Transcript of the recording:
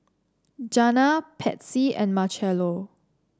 Janna Patsy and Marchello